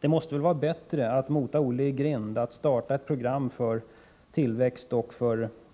Det måste väl vara bättre att mota Olle i grind, att starta ett program för tillväxt och